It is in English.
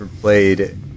played